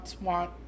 want